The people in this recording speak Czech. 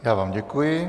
Já vám děkuji.